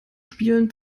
spielen